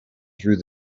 through